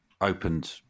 opened